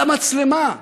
למצלמה,